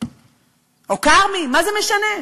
או כרמי, מה זה משנה?